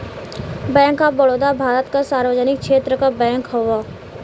bank of Baroda Bharat क सार्वजनिक क्षेत्र क बैंक हौ